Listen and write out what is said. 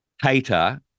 hater